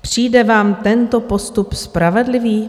Přijde vám tento postup spravedlivý?